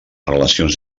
relacions